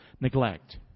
Neglect